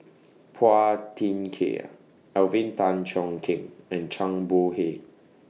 Phua Thin Kiay Alvin Tan Cheong Kheng and Zhang Bohe